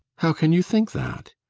how can you think that?